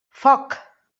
foc